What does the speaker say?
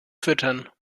füttern